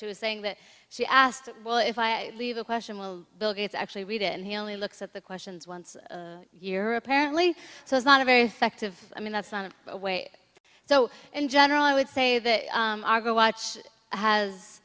she was saying that she asked well if i leave a question well bill gates actually read it and he only looks at the questions once a year apparently so it's not a very effective i mean that's not the way so in general i would say that go watch has